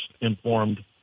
informed